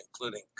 including